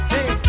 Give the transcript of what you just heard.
Hey